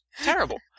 terrible